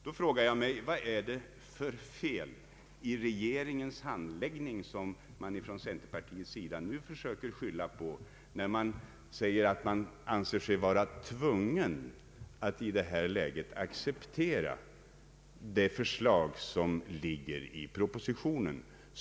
Jag frågar: Vad är det för fel i regeringens handläggning som man från centerpartiets sida nu försöker skylla på när man anser sig vara tvungen att i detta läge acceptera förslaget i propositionen?